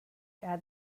add